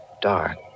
dark